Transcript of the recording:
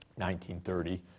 1930